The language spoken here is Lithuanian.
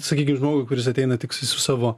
sakykim žmogui kuris ateina tiktai su savo